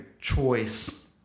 choice